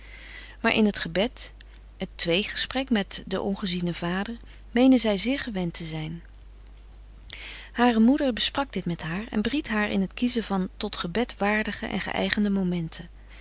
maar in het gebed het tweegesprek met den ongezienen vader meende zij zeer gewend te zijn hare moeder besprak dit met haar en beried haar in het kiezen van tot gebed waardige en geëigende momenten